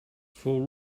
fou